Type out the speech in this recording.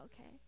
okay